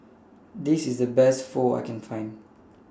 This IS The Best Pho that I Can Find